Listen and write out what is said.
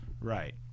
Right